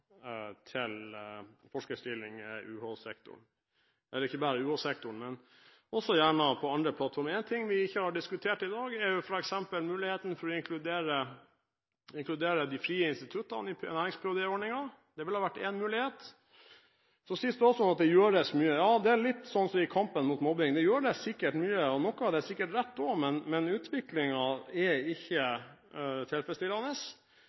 til forskerstillinger i UH-sektoren, universitets- og høgskolesektoren, og i andre sektorer. En ting vi ikke har diskutert i dag, er f.eks. muligheten til å inkludere de frie instituttene i nærings-ph.d.-ordningen. Det ville vært én mulighet. Statsråden sier at det gjøres mye. Det er nok litt som i kampen mot mobbing: Det gjøres sikkert mye, og noe av det er sikkert rett også, men utviklingen er ikke tilfredsstillende.